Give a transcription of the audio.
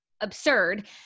absurd